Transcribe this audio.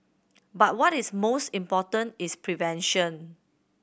but what is most important is prevention